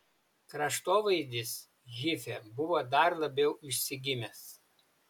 kraštovaizdis hife buvo dar labiau išsigimęs